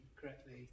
correctly